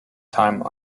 time